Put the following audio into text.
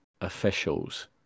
officials